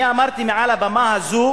אני אמרתי מעל הבמה הזאת